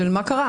של מה קרה,